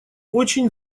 очень